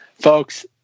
Folks